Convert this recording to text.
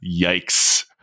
Yikes